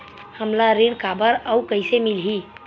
हमला ऋण काबर अउ कइसे मिलही?